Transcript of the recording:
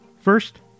First